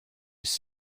was